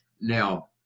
Now